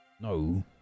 No